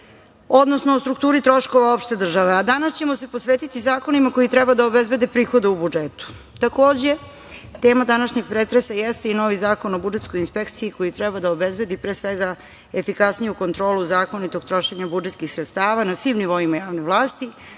odnosno o strukturi troškova opšte države. A danas ćemo se posvetiti zakonima koji treba da obezbede prihode u budžetu. Takođe, tema današnjeg pretresa jeste i novi Zakon o budžetskoj inspekciji, koji treba da obezbedi, pre svega, efikasniju kontrolu zakonitog trošenja budžetskih sredstava na svim nivoima javne vlasti,